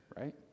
right